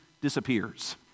disappears